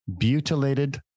Butylated